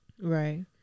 Right